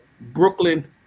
Brooklyn